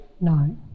No